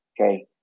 okay